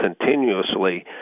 continuously